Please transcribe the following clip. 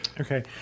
Okay